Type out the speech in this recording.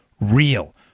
real